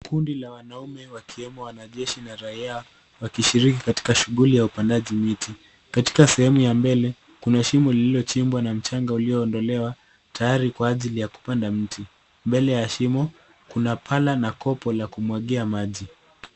Kundi la wanaume wakiwemo wanajeshi na raia wakishiriki katika shughuli ya upandaji miti. Katika sehemu ya mbele, kuna shimo lililochimbwa na mchanga uliondolewa, tayari kwa ajili ya kupanda miti. Mbele ya shimo, kuna bara na kopo la kumwagia maji.